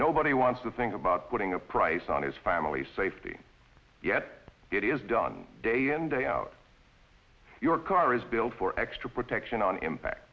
nobody wants to think about putting a price on his family's safety yet it is done day in day out your car is built for extra protection on impact